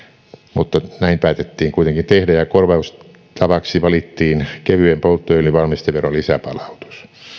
mutta näin päätettiin kuitenkin tehdä korvaustavaksi valittiin kevyen polttoöljyn valmisteveron lisäpalautus